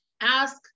ask